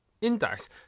Index